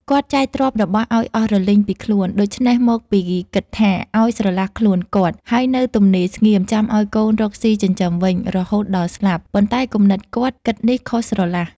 គាត់ចែកទ្រព្យរបស់ឱ្យអស់រលីងពីខ្លួន ដូច្នេះមកពីគិតថា ឱ្យស្រឡះខ្លួនគាត់ ហើយនៅទំនេរស្ងៀម ចាំឱ្យកូនរកស៊ីចិញ្ចឹមវិញ រហូតដល់ស្លាប់ ” ប៉ុន្តែគំនិតគាត់ គិតនេះខុសស្រឡះ ។